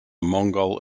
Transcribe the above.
mongol